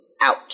out